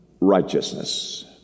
righteousness